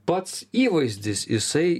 pats įvaizdis jisai